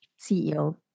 CEO